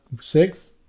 six